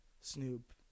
Snoop